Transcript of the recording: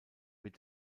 wird